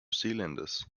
zealanders